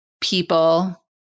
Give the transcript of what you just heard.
people